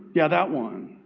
yeah, that one.